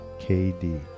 KD